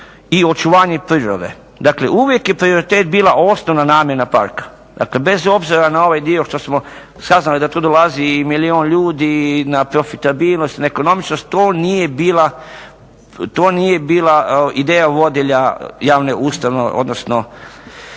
i očuvanje prirode. Dakle, uvijek je prioritet bila osnovna namjena parka. Dakle, bez obzira na ovaj dio što smo saznali da tu dolazi i milijun ljudi i na profitabilnost i na ekonomičnost to nije bila ideja vodilja javne ustanove odnosno